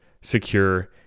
secure